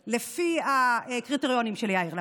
לפי הקריטריונים של יאיר לפיד.